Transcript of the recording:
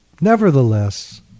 Nevertheless